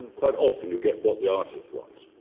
quite often, you get what the artist wants.